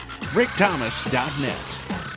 rickthomas.net